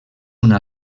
una